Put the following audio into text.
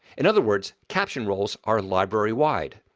in other words caption roles are library wide.